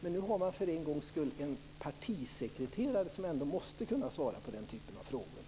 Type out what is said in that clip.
Men nu har vi för en gångs skull en partisekreterare här, och han måste ändå kunna svara på den typen av frågor.